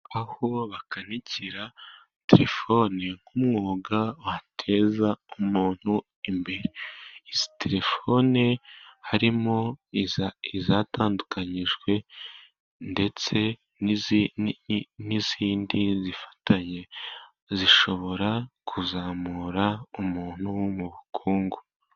Aho bakanikira terefoni nk'umwuga wateza umuntu imbere. Izi terefoni harimo izatandukanyijwe ndetse n'izindi zifatanye, zishobora kuzamura umuntu mu bukungu.